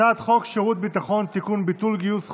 הצעת חוק שירות ביטחון (תיקון, ביטול גיוס חובה),